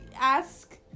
Ask